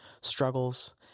struggles